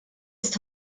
ist